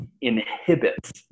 inhibits